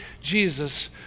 Jesus